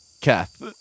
Kath